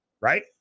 Right